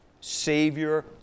Savior